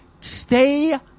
Stay